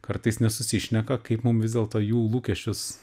kartais nesusišneka kaip mum vis dėlto jų lūkesčius